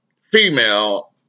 female